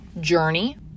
journey